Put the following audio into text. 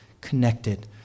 connected